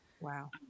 Wow